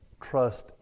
trust